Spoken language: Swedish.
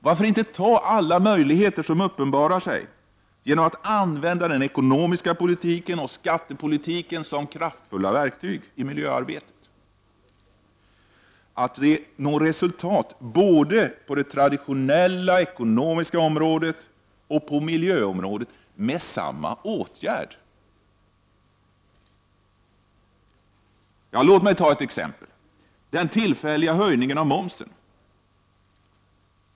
Varför inte ta alla de möjligheter som uppenbarar sig genom att använda den ekonomiska politiken och skattepolitiken som kraftfulla verktyg i miljöarbetet, att nå resultat både på det traditionella ekonomiska området och på miljöområdet med samma åtgärd? Låt mig ta ett exempel, den tillfälliga höjningen av momsen.